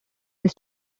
his